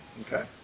Okay